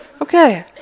Okay